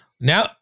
now